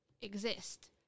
exist